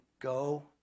Go